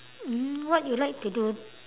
mm what you like to do